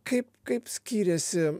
kaip kaip skirėsi